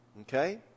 Okay